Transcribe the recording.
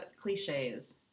Cliches